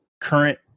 current